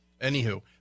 anywho